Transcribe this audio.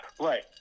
Right